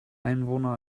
einwohner